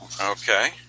Okay